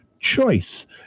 choice